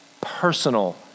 personal